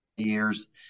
years